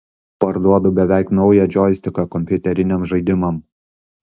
parduodu beveik naują džoistiką kompiuteriniam žaidimam